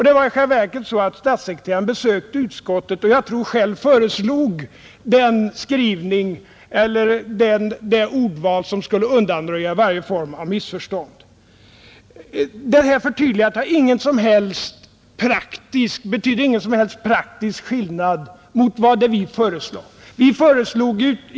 Det var i själva verket så att statssekreteraren besökte utskottet och, tror jag, själv föreslog det ordval som skulle undanröja varje form av missförstånd. Det här förtydligandet betyder ingen som helst praktisk skillnad mot vad vi föreslog.